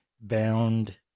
bound